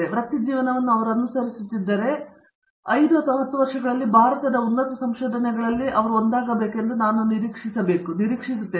ಮತ್ತು ವೃತ್ತಿಜೀವನವನ್ನು ಅನುಸರಿಸುತ್ತಿದ್ದರೆ ಅವರು 5 10 ವರ್ಷಗಳಲ್ಲಿ ಭಾರತದಲ್ಲಿ ಉನ್ನತ ಸಂಶೋಧನೆಗಳಲ್ಲಿ ಒಂದಾಗಬೇಕು ಎಂದು ನಾವು ನಿರೀಕ್ಷಿಸಬಹುದು ಮತ್ತು ನಾವು ಯಶಸ್ವಿಯಾಗುತ್ತೇವೆ